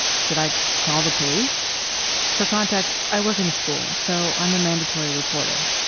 should i call the police for context? i work in a school, so i'm a mandatory reporter.